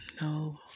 no